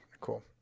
Cool